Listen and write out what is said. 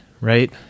right